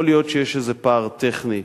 יכול להיות שיש איזה פער טכני,